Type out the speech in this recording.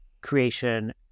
creation